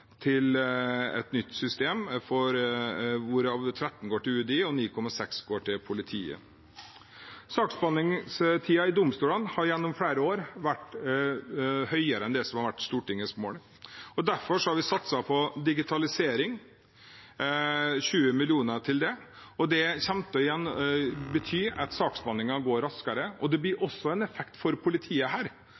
til et nytt system, hvorav 13 mill. kr går til UDI og 9,6 mill. kr går til politiet. Saksbehandlingstiden i domstolene har gjennom flere år vært høyere enn det som har vært Stortingets mål. Derfor har vi satset på digitalisering – 20 mill. kr går til det. Det betyr igjen at saksbehandlingen går raskere, og det blir også en effekt for politiet her,